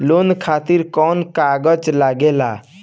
Loan खातिर कौन कागज लागेला?